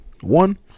one